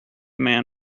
man